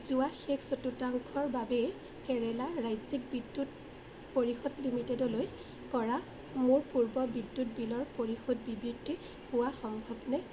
যোৱা শেষ চতুৰ্থাংশৰ বাবে কেৰালা ৰাজ্যিক বিদ্যুৎ পৰিষদ লিমিটেডলৈ কৰা মোৰ পূৰ্বৰ বিদ্যুৎ বিলৰ পৰিশোধ বিবৃতি পোৱা সম্ভৱনে